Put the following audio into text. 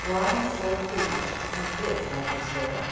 wise or foolish, he did love her still